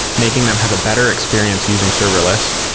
making them have a better experience using serverless.